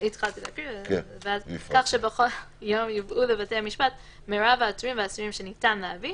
שהוגשו לבתי המשפט בכל יום בתקופה שקדמה למועד הדיווח,